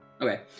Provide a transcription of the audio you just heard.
Okay